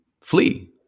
flee